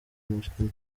umukino